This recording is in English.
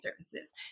services